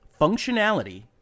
functionality